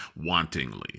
wantingly